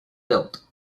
built